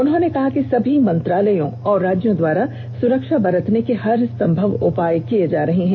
उन्होंने कहा कि सभी मंत्रालयों और राज्यों द्वारा सरक्षा बरतने के हर संभव उपाय किए जा रहे हैं